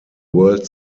world